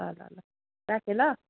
ल ल ल राखेँ ल